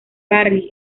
barry